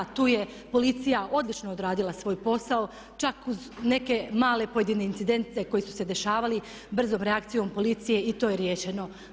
Tu je policija odlično odradila svoj posao, čak uz neke male pojedine incidente koji su se dešavali, brzom reakcijom policije i to je riješeno.